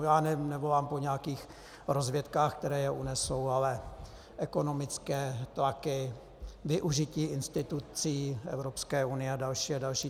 Já nevolám po nějakých rozvědkách, které je unesou, ale ekonomické tlaky, využití institucí Evropské unie a další a další.